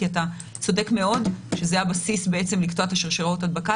כי אתה צודק מאוד שזה הבסיס בעצם לקטוע את שרשראות ההדבקה,